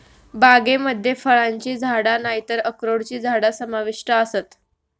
बागेमध्ये फळांची झाडा नायतर अक्रोडची झाडा समाविष्ट आसत